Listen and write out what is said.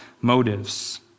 motives